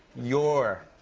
your.